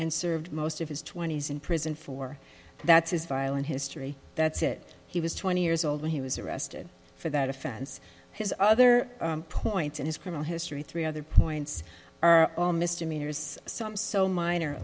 and served most of his twenty's in prison for that's his violent history that's it he was twenty years old when he was arrested for that offense his other points in his criminal history three other points are all misdemeanors some so minor